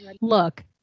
Look